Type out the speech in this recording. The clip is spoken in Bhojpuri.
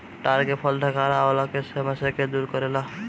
ताड़ के फल डकार अवला के समस्या के दूर करेला